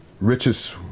richest